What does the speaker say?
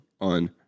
on